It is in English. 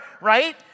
right